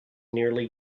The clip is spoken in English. nearly